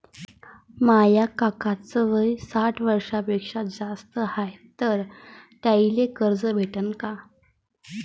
माया काकाच वय साठ वर्षांपेक्षा जास्त हाय तर त्याइले कर्ज भेटन का?